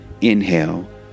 inhale